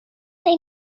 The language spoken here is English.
they